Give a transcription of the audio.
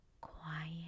Quiet